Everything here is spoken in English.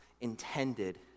intended